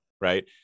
right